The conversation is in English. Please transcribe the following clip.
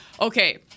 okay